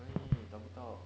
哪里找不到